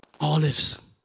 Olives